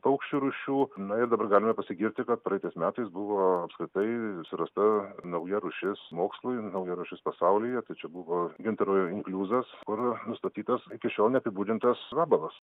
paukščių rūšių na ir dabar galime pasigirti kad praeitais metais buvo apskritai surasta nauja rūšis mokslui nauja rūšis pasaulyje tai čia buvo gintaro inkliuzas kur nustatytas iki šiol neapibūdintas vabalas